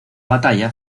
batalla